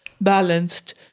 balanced